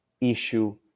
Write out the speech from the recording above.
issue